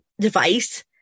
device